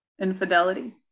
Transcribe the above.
infidelity